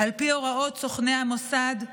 על פי הוראות סוכני המוסד,